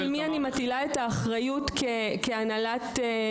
אנחנו פה הולכים על משהו הסעיף האחרון שהקראתי מפרק את זה,